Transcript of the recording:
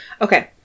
Okay